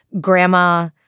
grandma